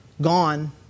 gone